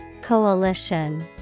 coalition